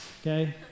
okay